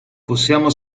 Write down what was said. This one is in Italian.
possiamo